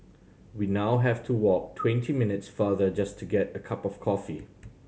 we now have to walk twenty minutes farther just to get a cup of coffee